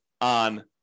on